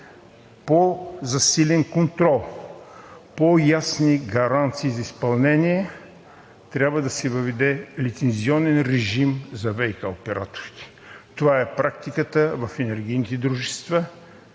по-засилен контрол, по-ясни гаранции за изпълнение, трябва да се въведе лицензионен режим за ВиК операторите. Това е практиката в енергийните дружества